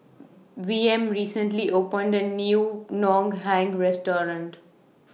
V M recently opened The New Ngoh Hiang Restaurant